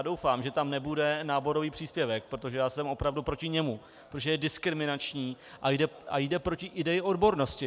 Doufám, že tam nebude náborový příspěvek, protože já jsem opravdu proti němu, protože je diskriminační a jde proti ideji odbornosti.